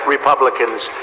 Republicans